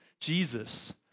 Jesus